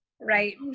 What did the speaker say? Right